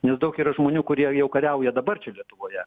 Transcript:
nes daug yra žmonių kurie jau kariauja dabar čia lietuvoje